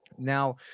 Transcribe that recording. Now